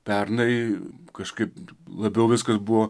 pernai kažkaip labiau viskas buvo